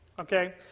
Okay